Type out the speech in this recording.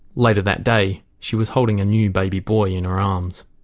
later that day she was holding a new baby boy in her arms.